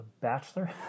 Bachelor